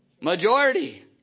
majority